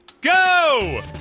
go